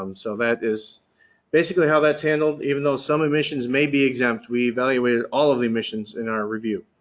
um so that is basically how that's handled, even though some emissions may be exempt. we evaluated all of the emissions in our review.